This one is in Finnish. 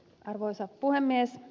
arvoisa puhemies